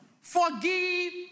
forgive